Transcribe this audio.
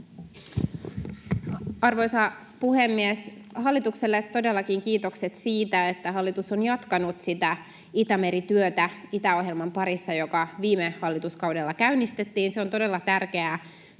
Arvoisa puhemies! Hallitukselle todellakin kiitokset siitä, että hallitus on jatkanut sitä Itämeri-työtä Itämeri-ohjelman parissa, joka viime hallituskaudella käynnistettiin. Se on todella tärkeää